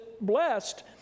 blessed